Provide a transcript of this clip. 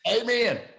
Amen